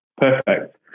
perfect